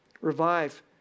Revive